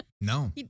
No